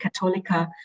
catholica